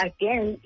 Again